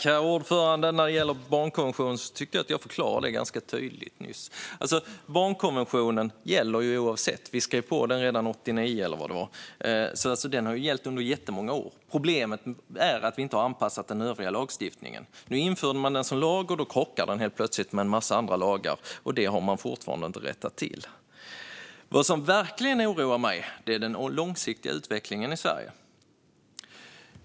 Herr talman! När det gäller barnkonventionen tycker jag att jag gav en ganska klar förklaring nyss. Barnkonventionen gäller ju oavsett. Vi skrev på den redan 1989 eller när det var, så den har ju gällt under jättemånga år. Problemet är att vi inte har anpassat den övriga lagstiftningen till den. Nu har man infört den som lag. Då krockar den helt plötsligt med en massa andra lagar, och det har man fortfarande inte rättat till. Vad som verkligen oroar mig är den långsiktiga utvecklingen i Sverige.